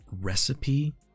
recipe